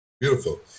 Beautiful